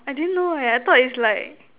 I didn't know eh I thought it's like